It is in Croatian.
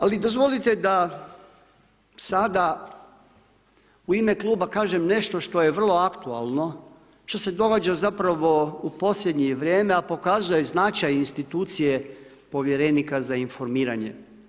Ali dozvolite da sada u ime kluba kažem nešto što je vrlo aktualno što se događa zapravo u posljednje vrijeme a pokazuje i značaj institucije povjerenika za informiranje.